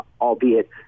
albeit